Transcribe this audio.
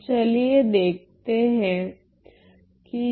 तो चलिए देखते है कि यह क्या हैं